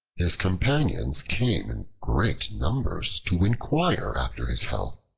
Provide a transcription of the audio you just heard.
his companions came in great numbers to inquire after his health,